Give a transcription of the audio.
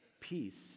peace